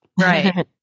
right